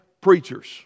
preachers